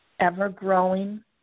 ever-growing